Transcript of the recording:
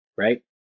Right